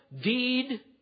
deed